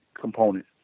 component